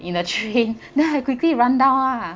in a train then I quickly run down lah